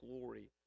glory